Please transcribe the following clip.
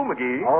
McGee